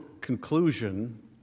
conclusion